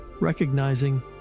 Recognizing